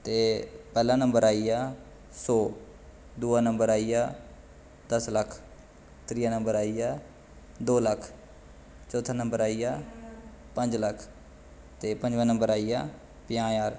ते पैह्ला नम्बर आई गेआ सौ दूआ नम्बर आई गेआ दस लक्ख त्रीआ नम्बर आई गेआ दो लक्ख चौथा नम्बर आई गेआ पंज लक्ख ते पं'जमां नम्बर आई गेआ पंजाह् ज्हार